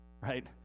right